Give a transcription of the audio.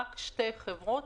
רק שתי חברות,